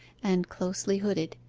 and closely hooded,